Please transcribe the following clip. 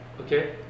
Okay